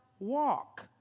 walk